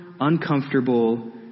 uncomfortable